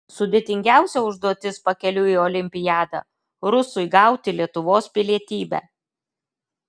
sudėtingiausia užduotis pakeliui į olimpiadą rusui gauti lietuvos pilietybę